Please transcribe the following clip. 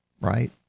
right